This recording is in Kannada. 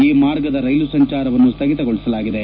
ಈ ಮಾರ್ಗದ ರೈಲು ಸಂಚಾರವನ್ನು ಸ್ಥಗಿತಗೊಳಿಸಲಾಗಿದೆ